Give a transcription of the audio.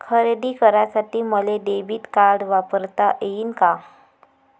खरेदी करासाठी मले डेबिट कार्ड वापरता येईन का?